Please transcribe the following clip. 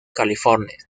california